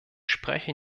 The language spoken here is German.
spreche